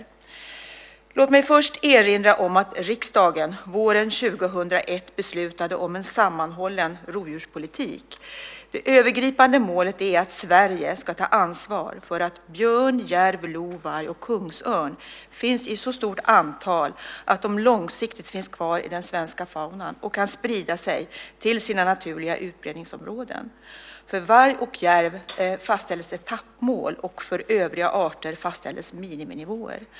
Låt mig först erinra om att riksdagen våren 2001 beslutade om en sammanhållen rovdjurspolitik. Det övergripande målet är att Sverige ska ta ansvar för att björn, järv, lo, varg och kungsörn finns i så stort antal att de långsiktigt finns kvar i den svenska faunan och kan sprida sig till sina naturliga utbredningsområden. För varg och järv fastställdes etappmål, och för övriga arter fastställdes miniminivåer.